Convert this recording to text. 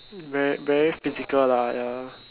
very very physical lah ya